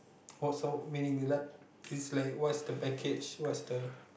also meaning l~ what's the package what's the